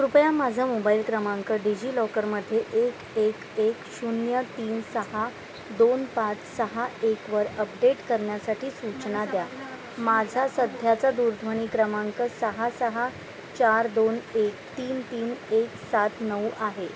कृपया माझा मोबाईल क्रमांक डिजिलॉकरमध्ये एक एक एक शून्य तीन सहा दोन पाच सहा एकवर अपडेट करण्यासाठी सूचना द्या माझा सध्याचा दूरध्वनी क्रमांक सहा सहा चार दोन एक तीन तीन एक सात नऊ आहे